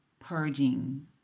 purging